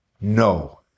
No